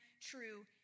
true